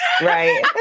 Right